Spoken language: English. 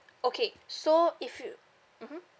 okay so if you mmhmm